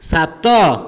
ସାତ